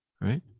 right